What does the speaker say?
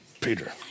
peter